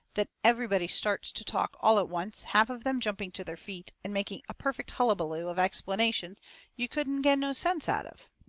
then everybody starts to talk all at once, half of them jumping to their feet, and making a perfect hullabaloo of explanations you couldn't get no sense out of.